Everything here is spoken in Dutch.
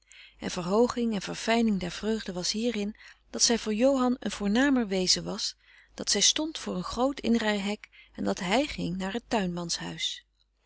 en verhooging en verfijning der vreugde was hierin dat zij voor johan een voornamer wezen was dat zij stond voor een groot inrij hek en dat hij ging naar het